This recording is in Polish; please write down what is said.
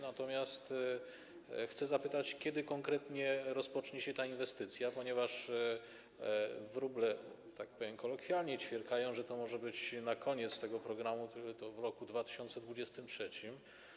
Natomiast chcę zapytać, kiedy konkretnie rozpocznie się ta inwestycja, ponieważ wróble, tak powiem kolokwialnie, ćwierkają, że to może być pod koniec tego programu, który jest do roku 2023.